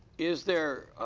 is there